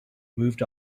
moved